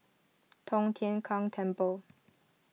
Tong Tien Kung Temple